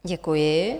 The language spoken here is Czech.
Děkuji.